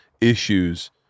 issues